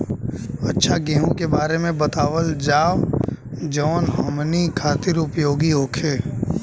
अच्छा गेहूँ के बारे में बतावल जाजवन हमनी ख़ातिर उपयोगी होखे?